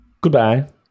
goodbye